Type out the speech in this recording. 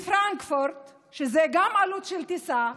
זה גם עלות טיסה,